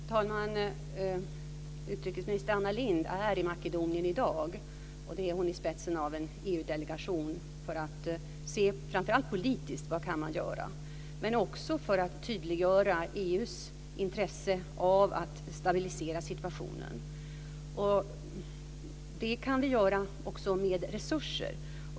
Fru talman! Utrikesminister Anna Lindh är i Makedonien i dag i spetsen för en EU-delegation för att se vad man kan göra framför allt politiskt. Men de är också där för att tydliggöra EU:s intresse av att stabilisera situationen. Det kan vi också göra genom resurser.